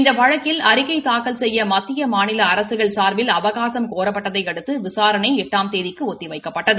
இந்த வழக்கில் அறிக்கை தாக்கல் செய்ய மத்திய மாநில அரசுகள் சார்பில் அவகாசம் கோரப்பட்டதை அடுத்து விசாரணை எட்டாம் தேதிக்கு ஒத்திவைக்கப்பட்டது